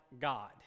God